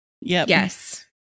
yes